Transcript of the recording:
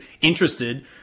interested